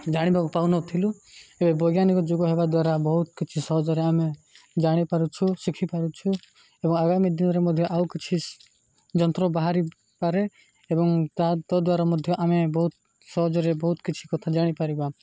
ଜାଣିବାକୁ ପାଉନଥିଲୁ ଏବେ ବୈଜ୍ଞାନିକ ଯୁଗ ହେବା ଦ୍ୱାରା ବହୁତ କିଛି ସହଜରେ ଆମେ ଜାଣିପାରୁଛୁ ଶିଖିପାରୁଛୁ ଏବଂ ଆଗାମୀ ଦିନରେ ମଧ୍ୟ ଆଉ କିଛି ଯନ୍ତ୍ର ବାହାରିପାରେ ଏବଂ ତା' ଦ୍ୱାରା ମଧ୍ୟ ଆମେ ବହୁତ ସହଜରେ ବହୁତ କିଛି କଥା ଜାଣିପାରିବା